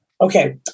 Okay